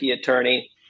attorney